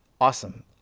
awesome